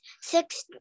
six